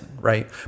right